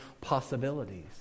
possibilities